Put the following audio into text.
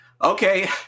Okay